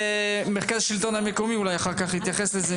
משרד השלטון המקומי אולי אחר כך התייחס לזה,